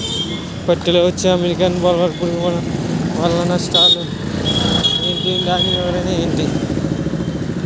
పత్తి లో వచ్చే అమెరికన్ బోల్వర్మ్ పురుగు వల్ల నష్టాలు ఏంటి? దాని నివారణ ఎలా?